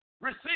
receive